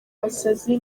abasazi